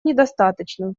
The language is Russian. недостаточно